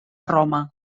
roma